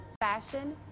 fashion